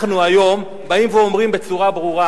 אנחנו היום באים ואומרים בצורה ברורה: